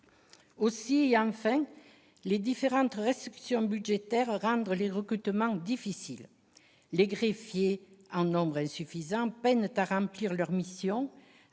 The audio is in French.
sociaux. Enfin, les différentes restrictions budgétaires rendent les recrutements difficiles. Les greffiers, en nombre insuffisant, peinent à remplir leurs missions.